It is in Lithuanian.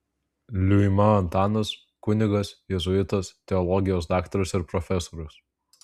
liuima antanas kunigas jėzuitas teologijos daktaras ir profesorius